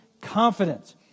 confidence